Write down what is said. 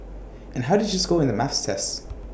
and how did you score in the maths sets